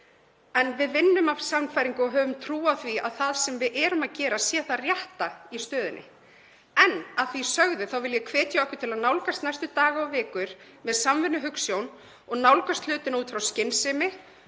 en við vinnum af sannfæringu og höfum trú á því að það sem við erum að gera sé það rétta í stöðunni. En að því sögðu þá vil ég hvetja okkur til að nálgast næstu daga og vikur með samvinnuhugsjón og nálgast hlutina út frá skynsemi